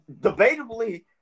debatably